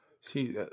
See